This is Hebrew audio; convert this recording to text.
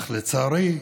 אך לצערי,